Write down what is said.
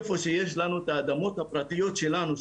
איפה שיש לנו את האדמות הפרטיות שלנו,